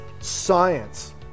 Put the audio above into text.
science